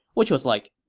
which was like,